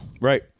Right